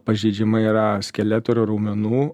pažeidžiama yra skeleto ir raumenų